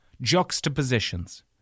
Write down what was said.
Juxtapositions